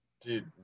dude